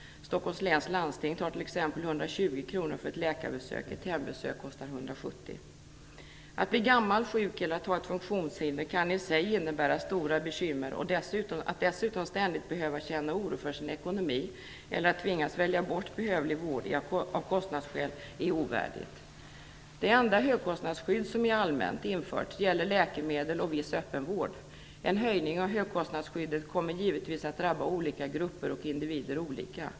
Stockholms läns landsting tar t.ex. 120 kr för ett läkarbesök, ett hembesök kostar 170 kr. Att bli gammal, sjuk eller att ha ett funktionshinder kan i sig innebära stora bekymmer. Att dessutom ständigt behöva känna oro för sin ekonomi eller att tvingas välja bort behövlig vård av kostnadsskäl är ovärdigt. Det enda högkostnadsskydd som är allmänt infört gäller läkemedel och viss öppenvård. En höjning av högkostnadsskyddet kommer givetvis att drabba olika grupper och individer olika.